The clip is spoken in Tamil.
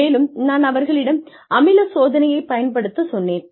மேலும் நான் அவர்களிடம் அமில சோதனையை பயன்படுத்தச் சொன்னேன்